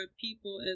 people